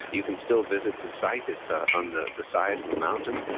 you can still visit the site, it's ah on the the side of a mountain,